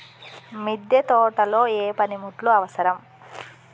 మిద్దె తోటలో ఏ పనిముట్లు అవసరం?